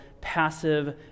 passive